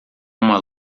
uma